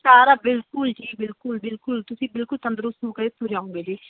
ਸਾਰਾ ਬਿਲਕੁਲ ਜੀ ਬਿਲਕੁਲ ਬਿਲਕੁਲ ਤੁਸੀਂ ਬਿਲਕੁਲ ਤੰਦਰੁਸਤ ਹੋ ਕੇ ਇੱਥੋਂ ਜਾਓਗੇ ਜੀ